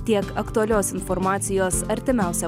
tiek aktualios informacijos artimiausią